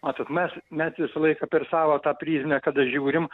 matot mes mes visą laiką per savo tą prizmę kada žiūrim